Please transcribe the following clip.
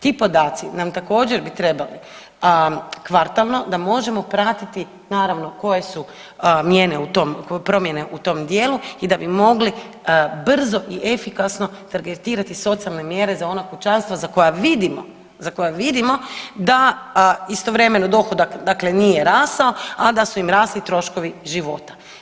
Ti podaci nam također bi trebali kvartalno da možemo pratiti naravno koje su mijene u tom, promjene u tom dijelu i da bi mogli brzo i efikasno targetirati socijalne mjere za ona kućanstva za koja vidimo, za koja vidimo da istovremeno dohodak dakle nije rasao, a da su im rasli troškovi života.